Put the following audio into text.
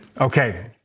Okay